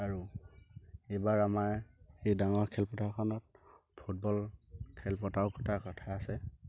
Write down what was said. আৰু এইবাৰ আমাৰ সেই ডাঙৰ খেলপথাৰখনত ফুটবল খেল পতাও এটা কথা আছে